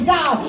God